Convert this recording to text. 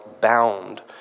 bound